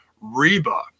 Reba